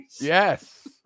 Yes